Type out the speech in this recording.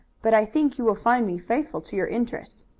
but i think you will find me faithful to your interests.